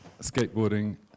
skateboarding